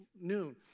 noon